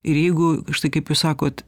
ir jeigu štai kaip jūs sakot